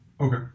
okay